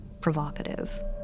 provocative